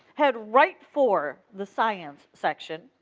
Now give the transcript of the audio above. head right for the science section,